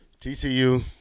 TCU